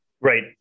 Right